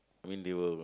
when they will